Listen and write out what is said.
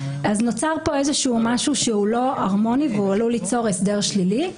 נוצר כאן איזהו משהו שהוא לא הרמוני והוא עלול ליצור הסדר שלילי.